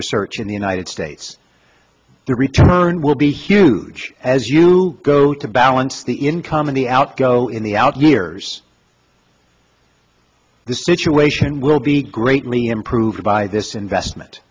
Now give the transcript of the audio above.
research in the united states the return will be huge as you go to balance the income of the outgo in the out years the situation will be greatly improved by this investment